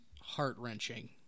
heart-wrenching